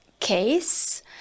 case